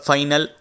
Final